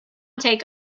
take